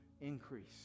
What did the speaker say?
increase